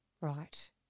Right